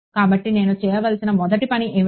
కాబట్టి నేను చేయవలసిన మొదటి పని ఏమిటి